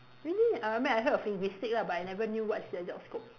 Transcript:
really uh I mean I've heard of linguistic lah but I never knew what's their job scope